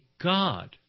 God